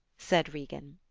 said regan.